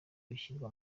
bishyirwa